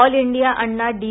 all India Anna D